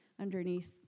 underneath